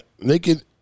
naked